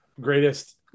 greatest